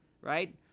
right